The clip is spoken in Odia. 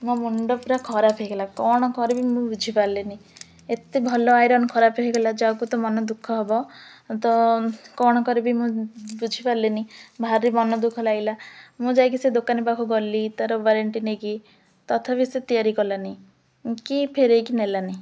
ମୋ ମୁଣ୍ଡ ପୁରା ଖରାପ ହେଇଗଲା କ'ଣ କରିବି ମୁଁ ବୁଝିପାରିଲିନି ଏତେ ଭଲ ଆଇରନ୍ ଖରାପ ହେଇଗଲା ଯାହାକୁ ତ ମନ ଦୁଃଖ ହବ ତ କ'ଣ କରିବି ମୁଁ ବୁଝିପାରିଲିନି ଭାରି ମନ ଦୁଃଖ ଲାଗିଲା ମୁଁ ଯାଇକି ସେ ଦୋକାନୀ ପାଖକୁ ଗଲି ତା'ର ୱାରେଣ୍ଟି ନେଇକି ତଥାପି ସେ ତିଆରି କଲାନି କି ଫେରାଇକି ନେଲାନି